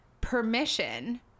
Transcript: permission